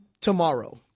tomorrow